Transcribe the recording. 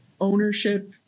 ownership